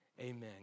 Amen